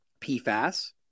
PFAS